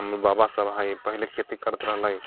हमर बाबा सब हय पहिले खेती करैत रहलै